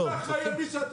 אתה אחראי על מי שאתה.